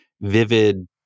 vivid